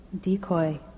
decoy